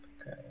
Okay